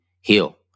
heal